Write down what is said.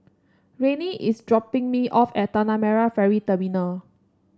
Renae is dropping me off at Tanah Merah Ferry Terminal